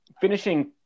finishing